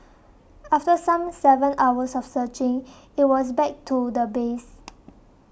after some seven hours of searching it was back to the base